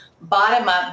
bottom-up